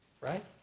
Right